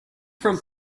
from